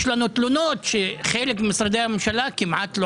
יש לנו תלונות שחלק ממשרדי הממשלה כמעט לא